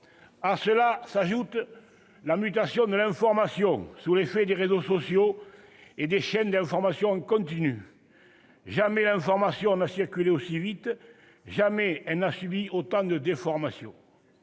À cela s'ajoute la mutation de l'information, sous l'effet des réseaux sociaux et des chaînes d'information en continu. Eh oui ! Jamais l'information n'a circulé aussi vite. Jamais elle n'a subi autant de déformations.